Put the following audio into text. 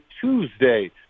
Tuesday